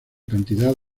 cantidad